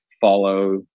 follow